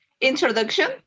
Introduction